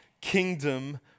kingdom